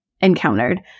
encountered